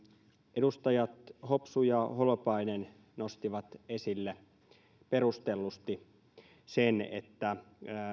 edustajat hopsu ja holopainen nostivat esille perustellusti sen että